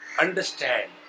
understand